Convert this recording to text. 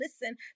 listen